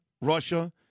Russia